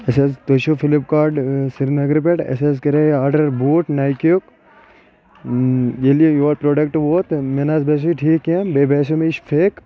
اسہِ حض تُہۍ چھوا فلپ کارٹ سری نگرٕ پیٚٹھ اَسہِ حض کرے آڈر بوٗٹھ نایکی یُک ییٚلہِ یور پروڈکٹ ووت مےٚ نہٕ حض باسیو نہٕ یہِ ٹھیٖک کیٚنٛہہ بیٚیہِ باسیٚو مےٚ یہِ چھُ فیک